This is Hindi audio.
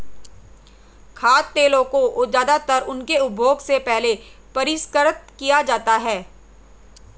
खाद्य तेलों को ज्यादातर उनके उपभोग से पहले परिष्कृत किया जाता है